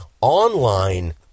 online